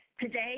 Today